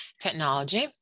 technology